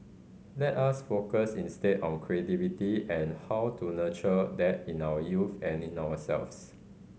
let us focus instead on creativity and how to nurture that in our youth and in ourselves